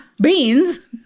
Beans